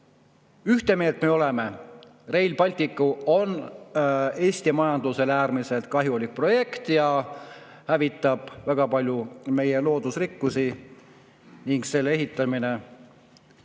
ühte meelt, et Rail Baltic on Eesti majandusele äärmiselt kahjulik projekt. See hävitab väga palju meie loodusrikkusi ning selle ehitamine